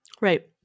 Right